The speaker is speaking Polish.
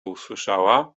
usłyszała